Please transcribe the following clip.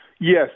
Yes